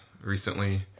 recently